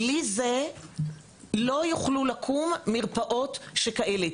בלי זה, לא יוכלו לקום מרפאות שכאלה.